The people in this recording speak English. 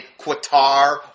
Qatar